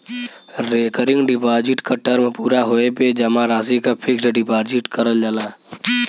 recurring deposit क term पूरा होये पे जमा राशि क फिक्स्ड डिपाजिट करल जाला